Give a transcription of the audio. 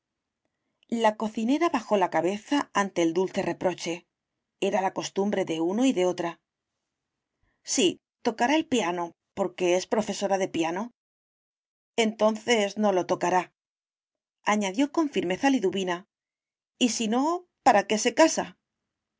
la cocinera bajó la cabeza ante el dulce reproche era la costumbre de uno y de otra sí tocará el piano porque es profesora de piano entonces no lo tocaráañadió con firmeza liduvina y si no para qué se casa